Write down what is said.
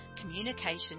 communication